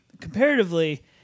Comparatively